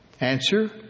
Answer